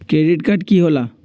Credit card की होला?